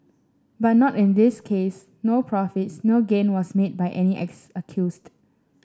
but not in this case no profits no gain was made by any ex accused